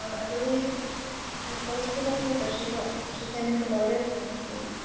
i believe it's nicole's presenting, but she will she can be promoted. let me see.